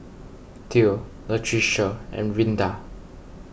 theo Latricia and Rinda